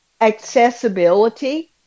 accessibility